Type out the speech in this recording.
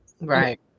Right